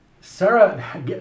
Sarah